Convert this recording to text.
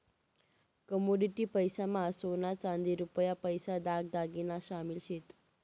commodity पैसा मा सोना चांदी रुपया पैसा दाग दागिना शामिल शेत